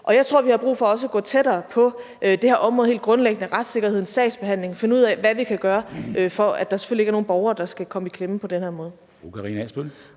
Jeg tror, vi har brug for helt grundlæggende at gå nærmere ind i det her område med hensyn til retssikkerheden og sagsbehandlingen og finde ud af, hvad vi kan gøre, for at der selvfølgelig ikke er nogen borgere, der skal komme i klemme på den her måde.